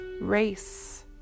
race